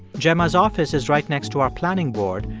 gemma's office is right next to our planning board,